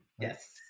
Yes